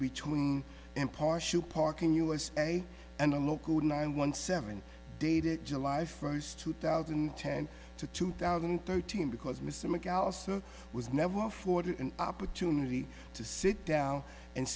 between impartial parking us a and a local nine one seven dated july first two thousand and ten to two thousand and thirteen because mr mcallister was never afforded an opportunity to sit down and